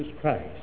Christ